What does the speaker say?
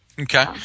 Okay